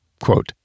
Quote